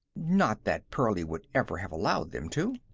not that pearlie would ever have allowed them to.